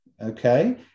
okay